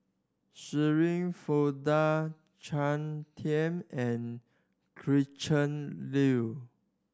Shirin Fozdar Claire Tham and Gretchen Liu